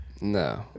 No